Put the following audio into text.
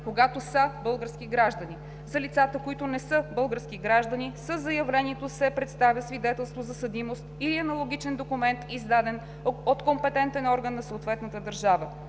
когато са български граждани. За лицата, които не са български граждани, със заявлението се представя свидетелство за съдимост или аналогичен документ, издаден от компетентен орган на съответната държава.“